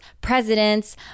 presidents